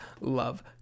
love